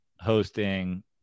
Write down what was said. hosting